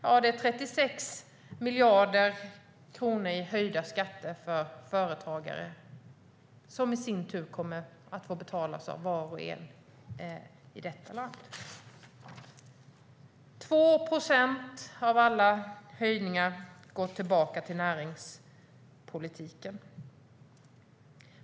Ja, det är 36 miljarder kronor i höjda skatter för företagare, som i sin tur kommer att få betalas av var och en i detta land. Av alla höjningar går 2 procent tillbaka till näringspolitiken.